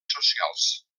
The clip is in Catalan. socials